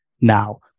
now